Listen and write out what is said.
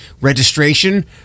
registration